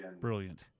Brilliant